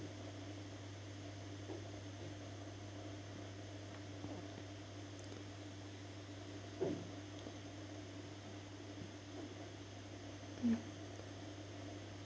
mm